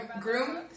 groom